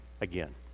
again